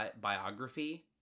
biography